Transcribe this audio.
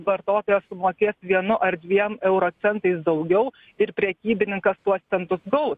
vartotojas sumokės vienu ar dviem euro centais daugiau ir prekybininkas tuos centus gaus